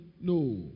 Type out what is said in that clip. No